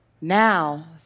Now